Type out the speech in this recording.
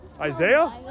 Isaiah